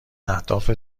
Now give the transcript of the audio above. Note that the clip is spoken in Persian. اهداف